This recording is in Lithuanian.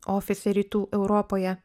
ofise rytų europoje